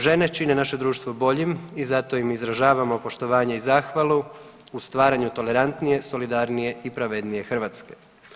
Žene čine naše društvo boljim i zato im izražavamo poštovanje i zahvalu u stvaranju tolerantnije, solidarnije i pravednije Hrvatske.